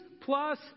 plus